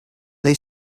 they